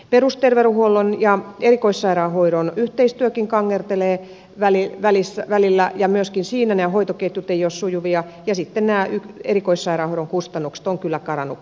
perusterveydenhuollon ja erikoissairaanhoidon yhteistyökin kangertelee välillä ja myöskään siinä nämä hoitoketjut eivät ole sujuvia ja sitten nämä erikoissairaanhoidon kustannukset ovat kyllä karanneet käsistä